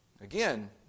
Again